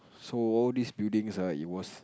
so all these buildings err it was